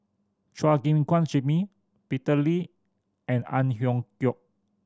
Chua Gim Guan Jimmy Peter Lee and Ang Hiong Chiok